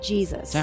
Jesus